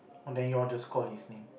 then you all just call listening